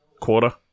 quarter